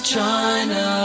China